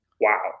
Wow